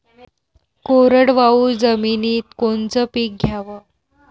कोरडवाहू जमिनीत कोनचं पीक घ्याव?